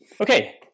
okay